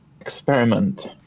experiment